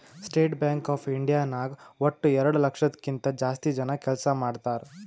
state Bank of India ನಾಗ್ ವಟ್ಟ ಎರಡು ಲಕ್ಷದ್ ಕಿಂತಾ ಜಾಸ್ತಿ ಜನ ಕೆಲ್ಸಾ ಮಾಡ್ತಾರ್